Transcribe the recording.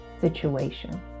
situation